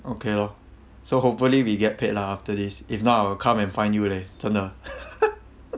okay lor so hopefully we get paid lah after this if not I'll come and find you leh 真的